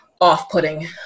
off-putting